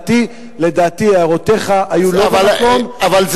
לדעתי הערותיך היו לא במקום והן לא ייצגו,